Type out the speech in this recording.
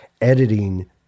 editing